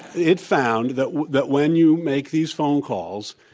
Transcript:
it found that that when you make these phone calls,